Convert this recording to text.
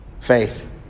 faith